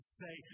say